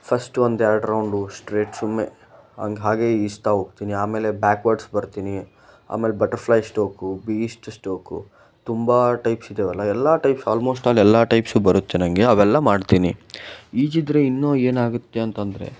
first ಒಂದೆರಡು round straight ಸುಮ್ಮನೆ ಹಂಗೆ ಹಾಗೇ ಈಜ್ತಾ ಹೋಗ್ತೀನಿ ಆಮೇಲೆ ಬ್ಯಾಕ್ವರ್ಡ್ಸ್ ಬರ್ತೀನಿ ಆಮೇಲೆ ಬಟ್ಟರ್ಫ್ಲೈ ಸ್ಟೋಕು ಬೀಸ್ಟ್ ಸ್ಟೋಕು ತುಂಬ ಟೈಪ್ಸ್ ಇದಾವಲ್ಲ ಎಲ್ಲ ಟೈಪ್ ಆಲ್ಮೋಸ್ಟ್ ನಾನು ಎಲ್ಲ ಟೈಪ್ಸು ಬರುತ್ತೆ ನನಗೆ ಅವೆಲ್ಲ ಮಾಡ್ತೀನಿ ಈಜಿದರೆ ಇನ್ನೂ ಏನಾಗುತ್ತೆ ಅಂತ ಅಂದ್ರೆ